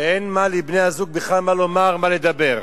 ואין לבני-הזוג בכלל מה לומר, מה לדבר.